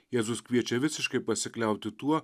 jėzus kviečia visiškai pasikliauti tuo